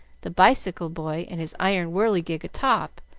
the bicycle boy and his iron whirligig atop,